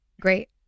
great